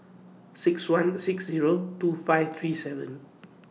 six one six Zero two five three seven